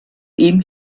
ihm